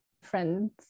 friends